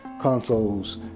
consoles